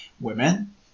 women